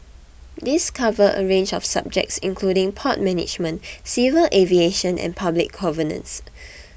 these cover a range of subjects including port management civil aviation and public governance